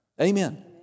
Amen